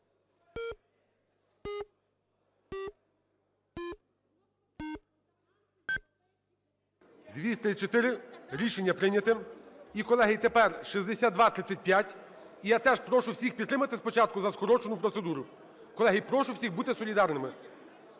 За-234 Рішення прийнято. І, колеги, тепер 6235. І я теж прошу всіх підтримати спочатку за скороченою процедурою. Колеги, прошу всіх бути солідарними.